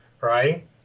Right